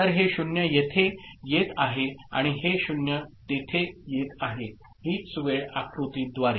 तर हे 0 येथे येत आहे आणि ही 0 तिथे येत आहे हीच वेळ आकृतीद्वारे